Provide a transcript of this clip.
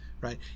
right